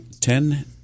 Ten